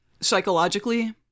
Psychologically